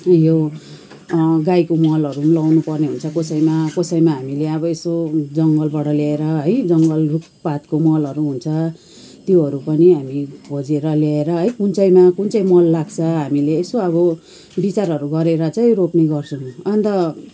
उयो गाईको मलहरू पनि लगाउनपर्ने हुन्छ कसैमा कसैमा हामीले अब यसो जङ्गलबाट ल्याएर है जङ्गल रुखपातको मलहरू हुन्छ त्योहरू पनि हामी खोजेर ल्याएर है कुन चाहिँमा कुन चाहिँ मल लाग्छ हामीले यसो अब विचारहरू गरेर चाहिँ रोप्ने गर्छौँ अन्त